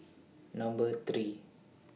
Number three